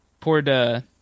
Poured